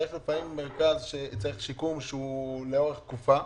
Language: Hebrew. צריך לפעמים שיקום לאורך תקופה.